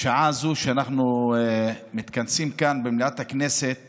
בשעה זו שבה אנחנו מתכנסים כאן במליאת הכנסת